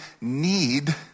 need